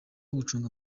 gucunga